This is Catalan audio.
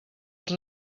els